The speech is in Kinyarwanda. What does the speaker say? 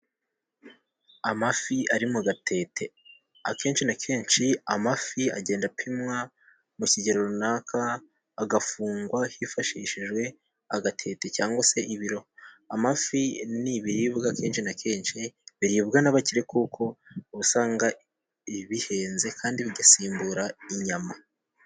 Amafi ari mu gatete, akenshi na kenshi amafi agenda apimwa mu kigero runaka agafungwa hifashishijwe agatete cyangwa se ibiro. Amafi n'ibiribwa kenshi na kenshi biribwa n'abakire kuko usanga bihenze kandi bigasimbura inyama.